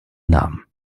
namen